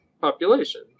population